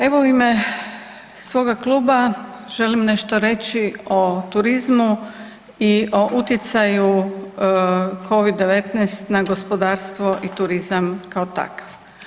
Evo u ime svoga kluba želim nešto reći o turizmu i o utjecaju Covid-19 na gospodarstvo i turizam kao takve.